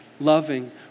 loving